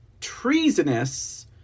treasonous